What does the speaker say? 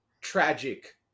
tragic